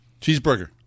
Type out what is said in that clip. cheeseburger